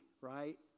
right